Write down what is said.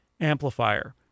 Amplifier